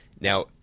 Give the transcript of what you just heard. Now